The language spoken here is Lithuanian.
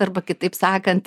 arba kitaip sakant